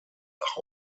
nach